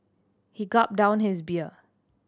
he gulped down his beer